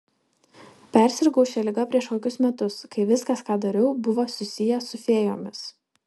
persirgau šia liga prieš kokius metus kai viskas ką dariau buvo susiję su fėjomis